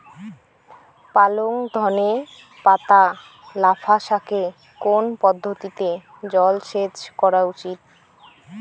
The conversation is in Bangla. পালং ধনে পাতা লাফা শাকে কোন পদ্ধতিতে জল সেচ করা উচিৎ?